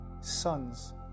sons